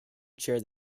chaired